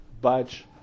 budge